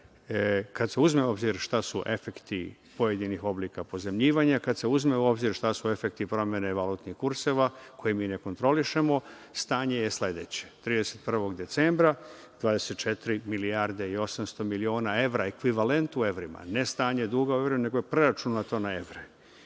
kada se uzme u obzir šta su efekti pojedinih oblika pozajmljivanja, kada se uzme u obzir šta su efekti promene valutnih kurseva koje mi ne kontrolišemo, stanje je sledeće. Dana, 31. decembra 24.800.000.000 evra, ekvivalent u evrima, ne stanje duga u evrima, nego je preračunato na evre.